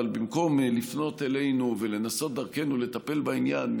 אבל במקום לפנות אלינו ולנסות דרכנו לטפל בעניין,